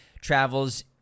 travels